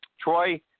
Troy